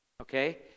okay